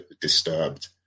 disturbed